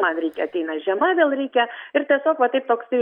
man reikia ateina žiema vėl reikia ir tiesiog va taip toksai